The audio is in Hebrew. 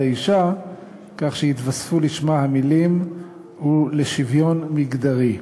האישה" כך שיתווספו לשמה המילים "ולשוויון מגדרי".